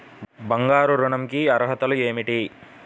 బంగారు ఋణం కి అర్హతలు ఏమిటీ?